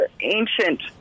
ancient